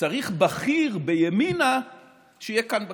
צריך בכיר בימינה שיהיה כאן בכנסת.